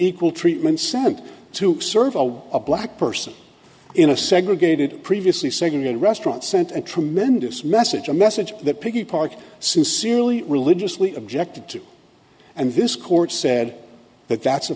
equal treatment sent to serve a black person in a segregated previously segregated restaurant sent a tremendous message a message that piggy park sincerely religiously objected to and this court said that that's a